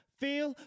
feel